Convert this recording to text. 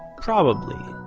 probably,